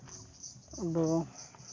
ᱟᱫᱚ